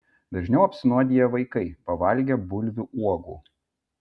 dažniau apsinuodija vaikai pavalgę bulvių uogų